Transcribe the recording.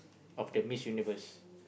of the Miss Universe